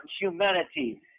humanity